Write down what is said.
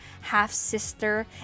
half-sister